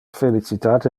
felicitate